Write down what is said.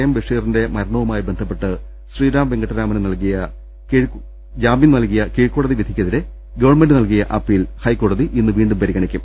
M ബഷീറിന്റെ മരണവുമായി ബന്ധ പ്പെട്ട് ശ്രീരാം വെങ്കിട്ടരാമന് ജാമ്യം നൽകിയ കീഴ്ക്കോടതി വിധി ക്കെതിരെ ഗവൺമെന്റ് നൽകിയ അപ്പീൽ ഹൈക്കോടതി ഇന്ന് വീണ്ടും പരിഗണിക്കും